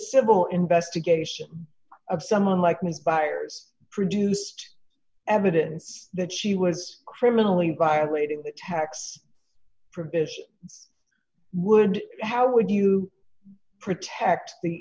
civil investigation of someone like me byers produced evidence that she was criminally violating d the tax would how would you protect the